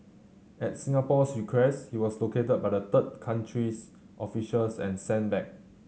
at Singapore's request he was located by the third country's officials and sent back